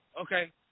okay